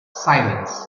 silence